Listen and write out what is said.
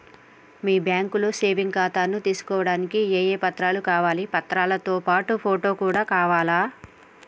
మీ బ్యాంకులో సేవింగ్ ఖాతాను తీసుకోవడానికి ఏ ఏ పత్రాలు కావాలి పత్రాలతో పాటు ఫోటో కూడా కావాలా?